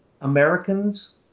Americans